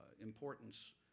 importance